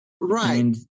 Right